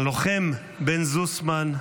הלוחם בן זוסמן,